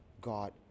God